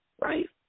Right